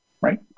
right